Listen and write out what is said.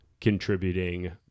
contributing